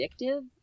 addictive